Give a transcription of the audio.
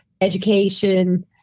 education